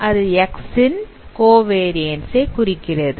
அது X ன் covariance ஐ குறிக்கிறது